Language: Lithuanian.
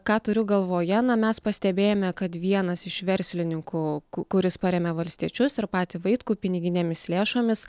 ką turiu galvoje na mes pastebėjome kad vienas iš verslininkų kuris paremia valstiečius ir patį vaitkų piniginėmis lėšomis